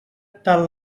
tal